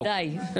די, די.